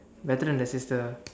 better than the sister